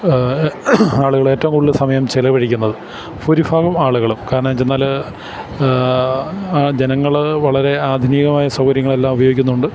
ആളുകള് ഏറ്റവും കൂടുതല് സമയം ചെലവഴിക്കുന്നത് ഭൂരിഭാഗം ആളുകളും കാരണമെന്നുവച്ചെന്നാല് ജനങ്ങള് വളരെ ആധുനികമായ സൗകര്യങ്ങളെല്ലാം ഉപയോഗിക്കുന്നുണ്ട്